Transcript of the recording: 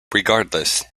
regardless